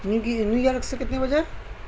new York سے کتنے بجے